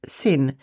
sin